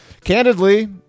Candidly